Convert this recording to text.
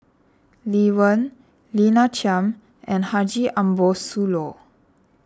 Lee Wen Lina Chiam and Haji Ambo Sooloh